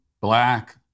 black